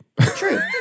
True